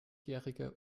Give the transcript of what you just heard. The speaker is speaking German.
jährige